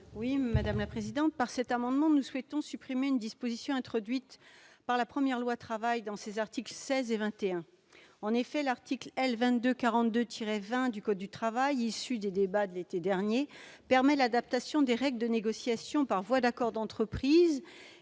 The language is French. Au travers de cet amendement, nous souhaitons supprimer une disposition introduite par la première loi Travail dans ses articles 16 et 21. En effet, l'article L. 2242-20 du code du travail, issu des débats de l'été dernier, permet l'adaptation des règles de négociation par voie d'accord d'entreprise